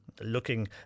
looking